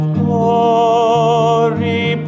glory